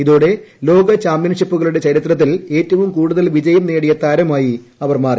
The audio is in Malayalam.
ഇതോടെ ലോകചാമ്പ്യൻഷിപ്പുകളുടെ ചരിത്രത്തിൽ ഏറ്റവും ് കൂടുതൽ വിജയം നേടിയ താരമായി അവർ മാറി